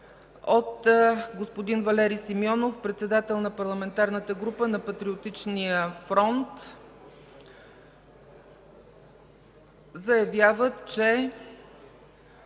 от господин Валери Симеонов – председател на Парламентарната група на Патриотичния фронт, се заявява, че